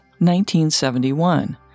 1971